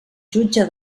jutge